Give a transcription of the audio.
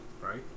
right